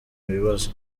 bibazo